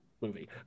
movie